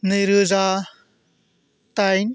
नैरोजा दाइन